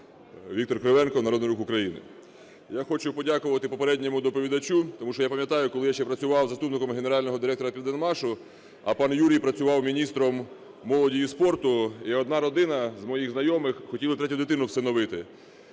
Віктор Кривенко, Народний рух України. Я хочу подякувати попередньому доповідачу, тому що я пам'ятаю, коли я ще працював заступником генерального директора "Південмашу", а пан Юрій працював міністром молоді і спорту, і одна родина з моїх знайомих хотіли третю дитину всиновити.